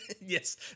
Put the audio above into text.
Yes